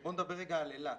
בוא מדבר רגע על אילת.